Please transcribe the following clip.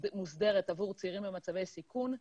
מוסדרת עבור צעירים במצבי סיכון.